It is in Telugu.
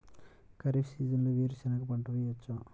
ఖరీఫ్ సీజన్లో వేరు శెనగ పంట వేయచ్చా?